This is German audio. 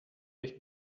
euch